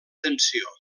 tensió